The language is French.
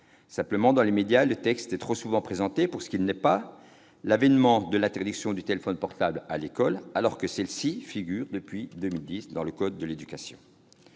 même si, dans les médias, le texte est trop souvent présenté pour ce qu'il n'est pas : l'« avènement » de l'interdiction du téléphone portable à l'école, sachant que celle-ci figure depuis 2010 dans le code de l'éducation.